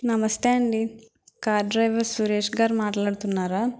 నమస్తే అండి car driver సురేష్గారు మాట్లాడుతున్నారా